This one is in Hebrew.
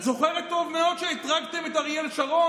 את זוכר טוב מאוד שאתרגתם את אריאל שרון,